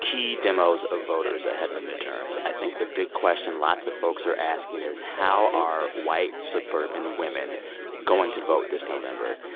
key demos of voters ahead of the midterms? i think the big question lots of folks are asking is, how are white, suburban women going to vote this november?